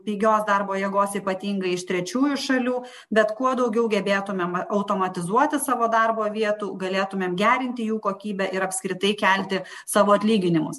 pigios darbo jėgos ypatingai iš trečiųjų šalių bet kuo daugiau gebėtumėm automatizuoti savo darbo vietų galėtumėm gerinti jų kokybę ir apskritai kelti savo atlyginimus